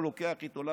הוא לוקח אותו איתו,